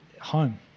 home